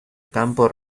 campo